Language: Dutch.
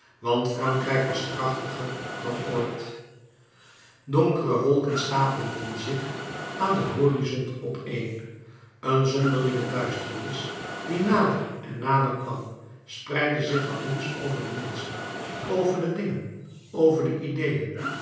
want frankrijk was krachtiger dan ooit donkere wolken stapelden zich aan den horizont opeen een zonderlinge duisternis die nader en nader kwam spreidde zich allengs over de menschen over de dingen over de ideeën